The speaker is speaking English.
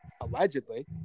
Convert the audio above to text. allegedly